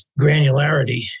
granularity